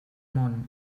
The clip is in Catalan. món